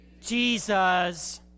Jesus